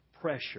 pressure